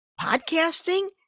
Podcasting